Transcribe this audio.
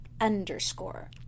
underscore